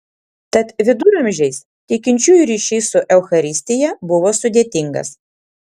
tad viduramžiais tikinčiųjų ryšys su eucharistija buvo sudėtingas